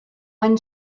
one